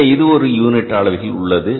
இங்கே இது ஒரு யூனிட் அளவில் உள்ளது